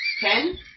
ten